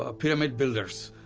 ah pyramid builders,